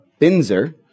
Binzer